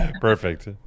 Perfect